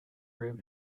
room